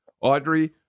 Audrey